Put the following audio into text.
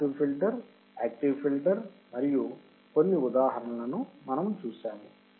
passive filter active filter మరియు కొన్ని ఉదాహరణలను మనము చూశాము